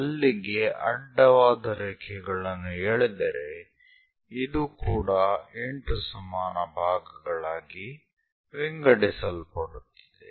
ಅಲ್ಲಿಗೆ ಅಡ್ಡವಾದ ರೇಖೆಗಳನ್ನು ಎಳೆದರೆ ಇದು ಕೂಡಾ 8 ಸಮಾನ ಭಾಗಗಳಾಗಿ ವಿಂಗಡಿಸಲ್ಪಡುತ್ತದೆ